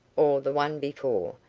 or the one before,